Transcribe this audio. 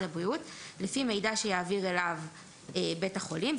הבריאות לפי מידע שיעביר אליו בית החולים,